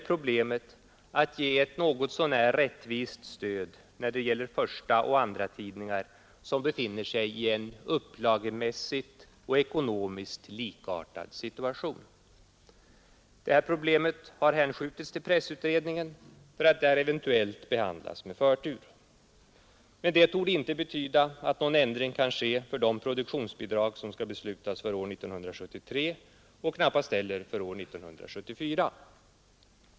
Problemet var att ge ett något så när rättvist stöd när det gäller förstaoch andratidningar som befinner sig i en upplagemässigt och ekonomiskt likartad situation. Det problemet har nu hänskjutits till pressutredningen för att där eventuellt behandlas med förtur. Men detta torde inte betyda, att någon ändring kan ske beträffande de produktionsbidrag som skall beslutas för år 1973 och knappast heller för år 1974.